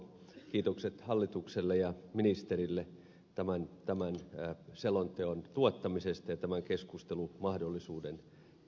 kiitokset hallitukselle ja ministerille tämän selonteon tuottamisesta ja tämän keskustelumahdollisuuden avaamisesta